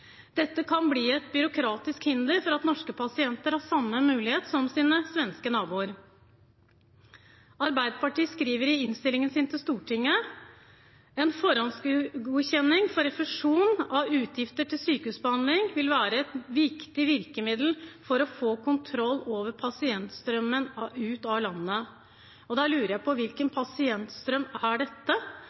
Dette kan bli et byråkratisk hinder for at norske pasienter har samme mulighet som sine svenske naboer. Arbeiderpartiet bl.a. skriver i innstillingen til Stortinget at «en forhåndsgodkjenning for refusjon av utgifter til sykehusbehandling vil være et viktig virkemiddel for å ha kontroll over pasientstrømmen ut av landet.» Da lurer jeg på: Hvilken pasientstrøm er dette?